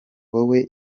wowe